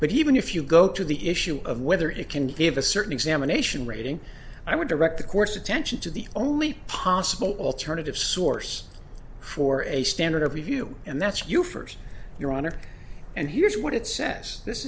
but even if you go to the issue of whether it can give a certain examination rating i would direct the course attention to the only possible alternative source for a standard of review and that's you first your honor and here's what it says this